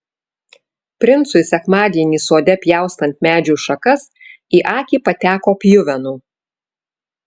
princui sekmadienį sode pjaustant medžių šakas į akį pateko pjuvenų